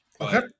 Okay